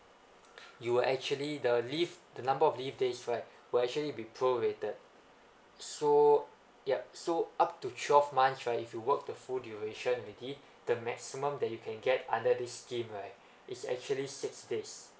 you will actually the leave the number of leave there is right will actually be prorated so yup so up to twelve months right if you work the full duration already the maximum that you can get under this scheme right is actually six days